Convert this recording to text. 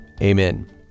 Amen